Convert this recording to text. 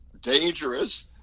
dangerous